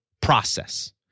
process